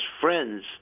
friends